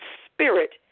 spirit